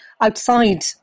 outside